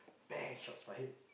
bang shots fired